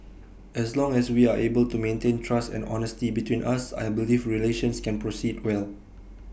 as long as we are able to maintain trust and honesty between us I believe relations can proceed well